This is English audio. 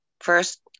First